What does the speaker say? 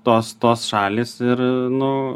tos tos šalys ir nu